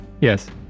Yes